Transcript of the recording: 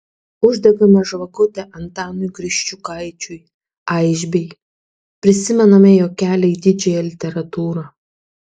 uždegame žvakutę antanui kriščiukaičiui aišbei prisimename jo kelią į didžiąją literatūrą